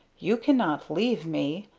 you cannot leave me.